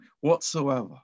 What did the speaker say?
whatsoever